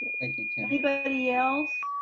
thank you, tim. anybody else?